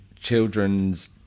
children's